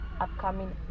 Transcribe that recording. upcoming